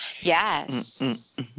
Yes